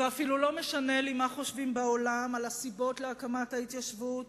ואפילו לא משנה לי מה חושבים בעולם על הסיבות להקמת ההתיישבות